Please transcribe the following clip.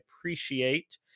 appreciate